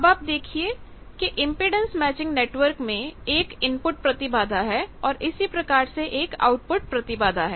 अब आप देखिए कि इंपेडेंस मैचिंग नेटवर्क में एक इनपुट प्रतिबाधा है और इसी प्रकार से एक आउटपुट प्रतिबाधा है